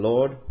Lord